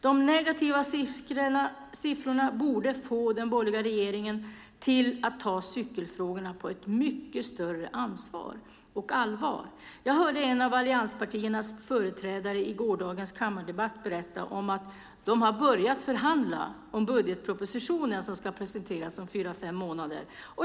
De negativa siffrorna borde få den borgerliga regeringen att ta cykelfrågorna på ett mycket större allvar och att ta större ansvar för dem. Jag hörde en av allianspartiernas företrädare i gårdagens kammardebatt berätta om att de har börjat förhandla om budgetpropositionen som ska presenteras om fyra fem månader.